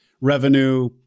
revenue